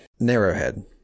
narrowhead